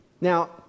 Now